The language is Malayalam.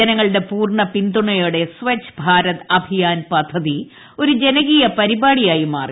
ജനങ്ങളുടെ പ്പൂർണ്ണ പിന്തുണയോടെ സഖ് ഭാരത് അഭിയാൻ പദ്ധതി ഒരു ജനകീയ പരിപാടി ആയി മാറി